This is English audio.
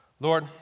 Lord